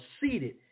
seated